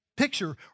Picture